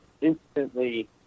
instantly